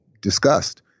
discussed